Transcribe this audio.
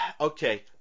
Okay